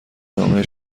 نامه